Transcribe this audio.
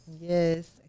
Yes